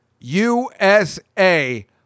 USA